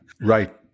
right